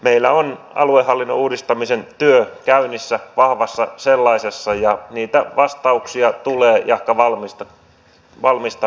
meillä on aluehallinnon uudistamisen työ käynnissä vahvassa sellaisessa ja niitä vastauksia tulee jahka valmistelua saadaan tehtyä